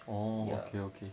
ya